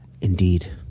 Indeed